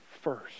first